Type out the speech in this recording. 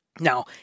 Now